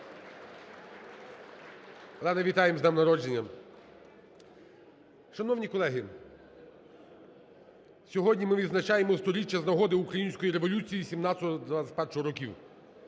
Олено, вітаємо з днем народження! Шановні колеги! Сьогодні ми відзначаємо 100-річчя з нагоди Української революції 1917-1921 років.